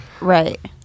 right